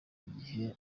igihe